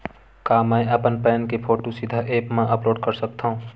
का मैं अपन पैन के फोटू सीधा ऐप मा अपलोड कर सकथव?